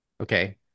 Okay